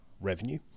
revenue